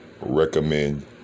recommend